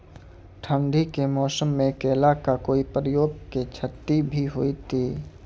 ठंडी के मौसम मे केला का कोई प्रकार के क्षति भी हुई थी?